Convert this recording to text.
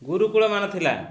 ଗୁରୁକୂଳ ମାନ ଥିଲା